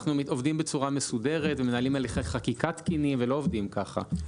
אנחנו עובדים בצורה מסודרת ומנהלים הליכי חקיקה תקינים ולא עובדים כך.